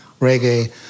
reggae